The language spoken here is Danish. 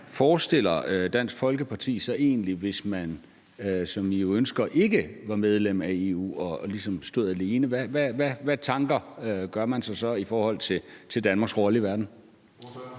forestiller sig, hvis man, som I jo ønsker, ikke var medlem af EU og ligesom stod alene. Hvad tanker gør man sig så i forhold til Danmarks rolle i verden?